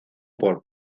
por